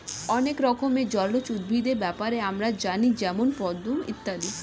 অনেক রকমের জলজ উদ্ভিদের ব্যাপারে আমরা জানি যেমন পদ্ম ইত্যাদি